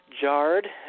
jarred